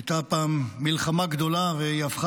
הייתה פעם מלחמה גדולה, והיא הפכה